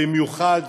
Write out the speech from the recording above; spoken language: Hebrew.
במיוחד